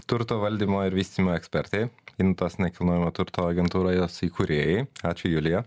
turto valdymo ir vystymo ekspertei intos nekilnojamo turto agentūra jos įkūrėjai ačiū julija